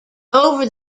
over